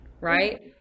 right